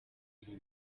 ibi